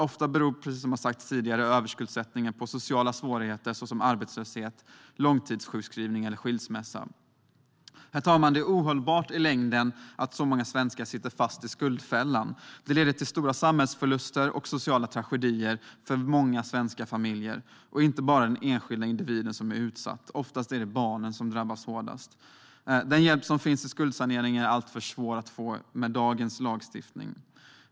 Ofta beror överskuldsättningen på sociala svårigheter som arbetslöshet, långtidssjukskrivning eller skilsmässa. Herr talman! Det är i längden ohållbart att så många svenskar sitter fast i skuldfällan. Det leder till stora samhällsförluster och sociala tragedier för många svenska familjer - det är inte bara den enskilda skuldsatta individen som är utsatt. Oftast är det barnen som drabbas hårdast. Den hjälp som finns i form av skuldsanering är alltför svår att få med dagens lagstiftning.